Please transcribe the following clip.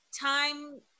time